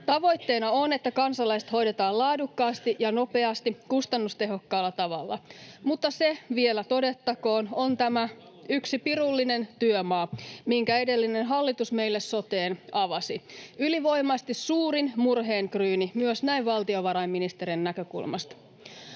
Tavoitteena on, että kansalaiset hoidetaan laadukkaasti ja nopeasti, kustannustehokkaalla tavalla. Mutta se vielä todettakoon: on tämä yksi pirullinen työmaa, minkä edellinen hallitus meille soteen avasi. Ylivoimaisesti suurin murheenkryyni myös näin valtiovarainministerin näkökulmasta.